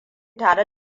tare